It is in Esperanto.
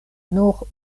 nur